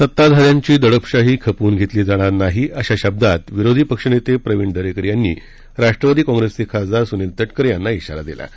सत्ताधा यांची दडपशाही खपव्न घेतली जाणार नाही अशा शब्दात विरोधी पक्ष नेते प्रविण दरेकर यांनी ऱाष्ट्रवादी कॉंग्रेसचे खासदार सुनील तटकरे यांना इशारा दिला आहे